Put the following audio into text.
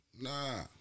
nah